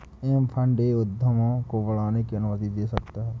M and A उद्यमों को बढ़ाने की अनुमति दे सकता है